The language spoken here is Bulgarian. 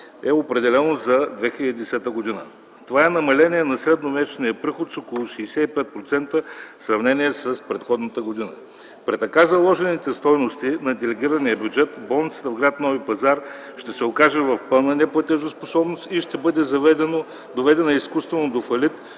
е в размер на 534 хил. лв. Това е намаление на средномесечния приход с около 65% в сравнение с предходната година. При така заложените стойности на делегирания бюджет, болницата в гр. Нови пазар ще се окаже в пълна неплатежоспособност и ще бъде доведена изкуствено до фалит